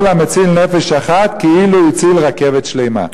כל המציל נפש אחת, כאילו הציל רכבת שלמה.